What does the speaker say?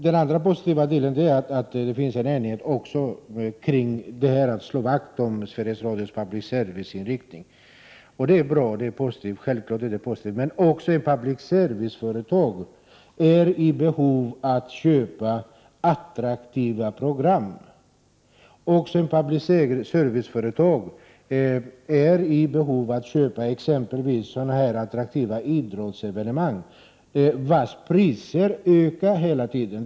Den andra positiva aspekten är att det också råder enighet om att slå vakt om Sveriges Radios public service-inriktning. Det är bra. Det är självfallet positivt, men också public service-företag behöver köpa attraktiva program. Också public service-företag behöver köpa sändningstätten till attraktiva idrottsevenemang, vilkas priser hela tiden ökar.